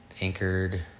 anchored